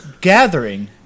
Gathering